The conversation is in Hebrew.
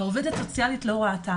"העובדת הסוציאלית לא ראתה".